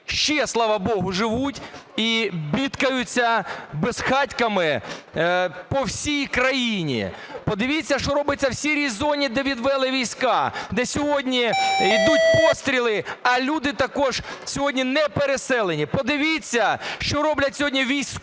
ще, слава Богу, живуть і бідкаються безхатьками по всій країні. Подивіться, що робиться у сірій зоні, де відвели війська, де сьогодні йдуть постріли, а люди також сьогодні не переселені. Подивіться, що роблять сьогодні військові,